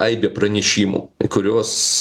aibė pranešimų kuriuos